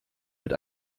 mit